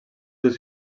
just